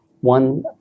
one